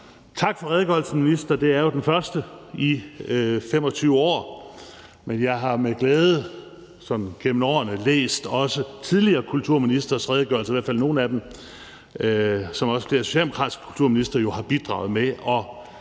tak for redegørelsen, minister, det er jo den første i 25 år, men jeg har med glæde læst den, ligesom jeg gennem årene også har læst tidligere kulturministres redegørelser, i hvert fald nogle af dem, som jo også flere socialdemokratiske kulturministre har bidraget med.